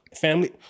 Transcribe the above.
family